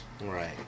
Right